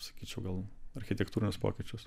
sakyčiau gal architektūrinius pokyčius